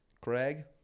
Craig